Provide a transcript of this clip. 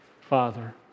Father